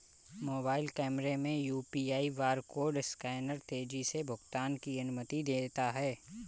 mobile कैमरे में UPI barcode scanner तेजी से भुगतान की अनुमति देता है